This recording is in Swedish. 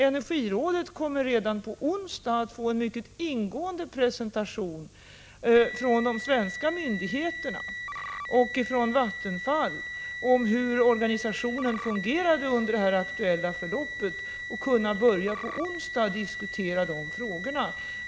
Energirådet kommer redan på onsdag att få en mycket ingående presentation från de svenska myndigheterna och från Vattenfall om hur organisationen fungerat under det aktuella förloppet. På onsdag kommer också energirådet att kunna börja diskutera dessa frågor.